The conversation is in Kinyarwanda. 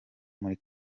muri